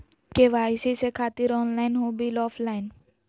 KYC से खातिर online हो बिल ऑफलाइन?